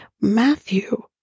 Matthew